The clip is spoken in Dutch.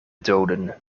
doden